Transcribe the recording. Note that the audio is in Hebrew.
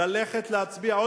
ללכת להצביע,